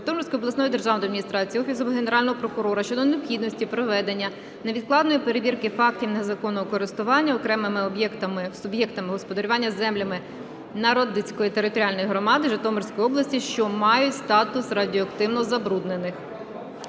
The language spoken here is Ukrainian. Житомирської обласної державної адміністрації, Офісу Генерального прокурора щодо необхідності проведення невідкладної перевірки фактів незаконного користування окремими суб'єктами господарювання землями Народицької територіальної громади Житомирської області, що мають статус радіоактивно забруднених.